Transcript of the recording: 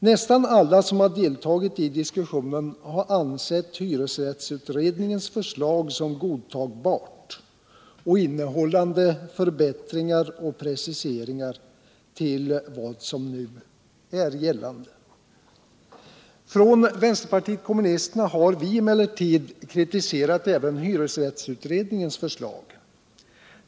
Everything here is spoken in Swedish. Nästan alla som har deltagit i diskussionen har ansett hyresrättsutredningens förslag som godtagbart och innehållande förbättringar och preciseringar jämfört med vad som nu är gällande. Från vpk har vi emellertid kritiserat även hyresrättsutredningens förslag.